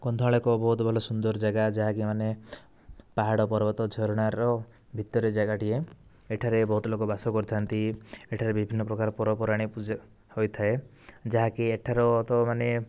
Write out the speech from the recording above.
କନ୍ଧମାଳ ଏକ ବହୁତ ଭଲ ସୁନ୍ଦର ଜାଗା ଯାହାକି ମାନେ ପାହାଡ ପର୍ବତ ଝରଣାର ଭିତରେ ଜାଗାଟିଏ ଏଠାରେ ବହୁତ ଲୋକ ବାସ କରିଥାନ୍ତି ଏଠାରେ ବିଭିନ୍ନ ପ୍ରକାର ପର୍ବ ପର୍ବାଣି ପୂଜା ହୋଇଥାଏ ଯାହାକି ଏଠାର ତ ମାନେ